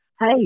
Hey